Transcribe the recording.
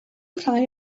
rhai